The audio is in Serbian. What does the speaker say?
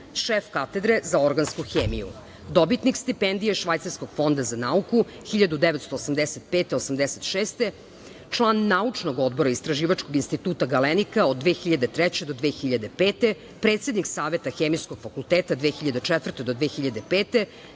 šef katedre za organsku hemiju, dobitnik stipendije Švajcarskog fonda za nauku 1985/86. godine, član Naučnog odbora Istraživačkog instituta Galenika od 2003. do 2005. godine, predsednik Saveta Hemijskog fakulteta od 2004.